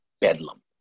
bedlam